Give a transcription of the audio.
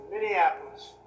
Minneapolis